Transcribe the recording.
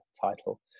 title